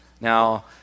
Now